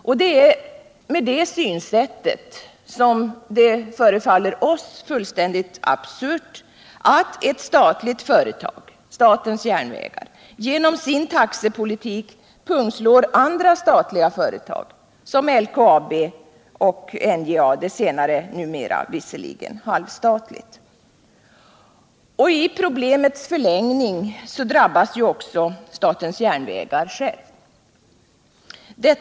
Eftersom vi har det synsättet, förefaller det oss fullständigt absurt att ett statligt företag — statens järnvägar — genom sin taxepolitik pungslår andra statliga företag som LKAB och NJA, det senare numera visserligen halvstatligt. I problemets förlängning drabbas ju också statens järnvägar självt.